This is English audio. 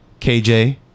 KJ